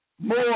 more